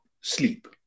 sleep